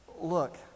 look